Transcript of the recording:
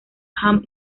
ham